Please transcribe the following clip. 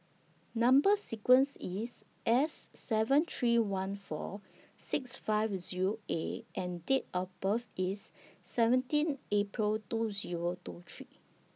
Number sequence IS S seven three one four six five Zero A and Date of birth IS seventeen April two Zero two three